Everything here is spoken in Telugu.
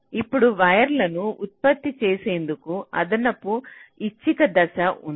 ఇప్పుడు వైర్లను ఉత్పత్తి చేసేందుకు అదనపు ఐచ్ఛిక దశ ఉంది